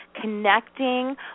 connecting